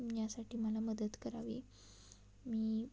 यासाठी मला मदत करावी मी